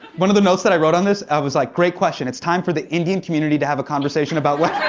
one of the notes that i wrote on this i was like, great question, it's time for the indian community to have a conversation about